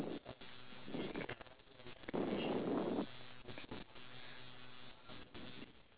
we actually can even afford to complain whether the food is nice or not I feel like